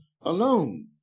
alone